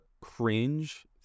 cringe